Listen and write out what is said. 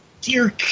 Dear